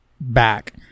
back